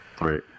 Right